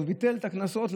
הוא ביטל את הקנסות.